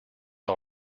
all